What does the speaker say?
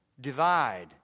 divide